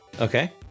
Okay